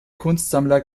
kunstsammler